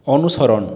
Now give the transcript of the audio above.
অনুসরণ